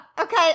Okay